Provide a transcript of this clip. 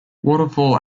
waterfall